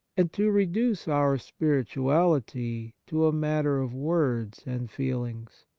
and to reduce our spirituality to a matter of words and feelings.